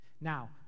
Now